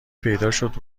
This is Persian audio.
پیداشد